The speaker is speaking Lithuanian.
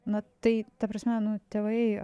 na tai ta prasme nu tėvai